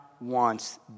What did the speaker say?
wants